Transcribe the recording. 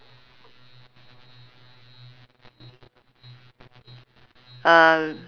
um